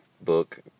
book